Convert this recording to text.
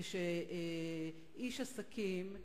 כשאיש עסקים,